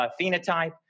phenotype